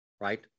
right